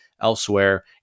elsewhere